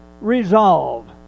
resolve